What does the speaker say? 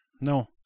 no